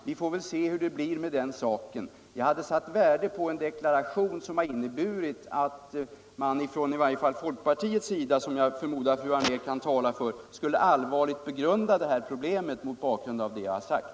Vi får se hur det blir med den saken. Jag hade satt värde på en deklaration som hade inneburit att man ifrån i varje fall folkpartiets sida. som jag förmodar att fru Anér kan tala för, skulle allvarligt begrunda det här problemet mot bakgrunden av vad Jag har sagt.